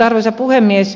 arvoisa puhemies